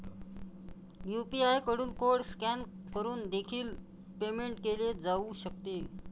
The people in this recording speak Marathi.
यू.पी.आय कडून कोड स्कॅन करून देखील पेमेंट केले जाऊ शकते